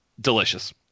Delicious